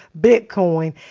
bitcoin